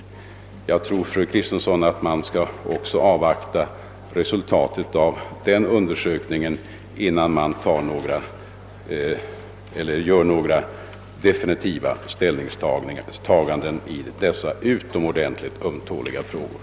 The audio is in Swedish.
Jag tror, fru Kristensson, att man också skall avvakta resultatet av den undersökningen, innan man gör några definitiva ställningstaganden i dessa utomordentligt ömtåliga frågor.